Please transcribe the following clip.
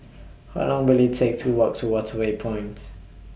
How Long Will IT Take to Walk to Waterway Point